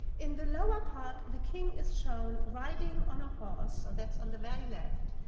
in the lower part, the king is shown riding on a horse, so that's on the very left,